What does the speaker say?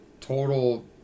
total